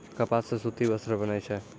कपास सॅ सूती वस्त्र बनै छै